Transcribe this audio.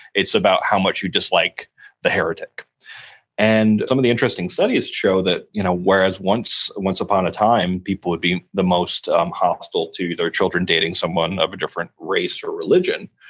it's about how much you dislike the heretic and some of the interesting studies show you know whereas once once upon a time, people would be the most um hostile to their children dating someone of a different race or religion,